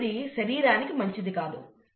ఇప్పుడు ఇది శరీరానికి మంచిది కాదు